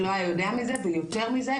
שלא היה יודע מזה ויותר מזה,